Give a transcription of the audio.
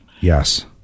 Yes